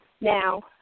Now